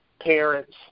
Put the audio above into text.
parents